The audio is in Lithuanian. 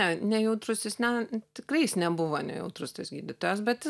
ne nejautrus jis ne tikrai jis nebuvo nejautrus tas gydytojas bet jis